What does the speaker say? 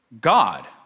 God